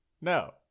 no